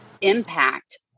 impact